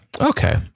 Okay